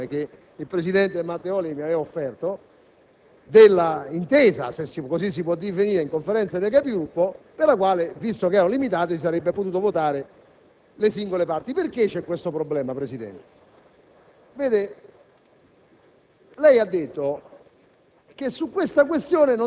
Adesso veniamo a sapere, ed è una sorpresa anche rispetto a quella che era stata la ricostruzione che il presidente Matteoli mi aveva offerto, dell'intesa, se così si può definire, in Conferenza dei Capigruppo, per la quale, visto che erano limitate, si sarebbero potute votare le singole parti. Perché c'è questo problema, signor Presidente?